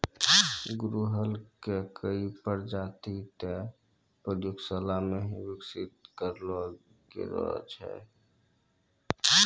गुड़हल के कई प्रजाति तॅ प्रयोगशाला मॅ विकसित करलो गेलो छै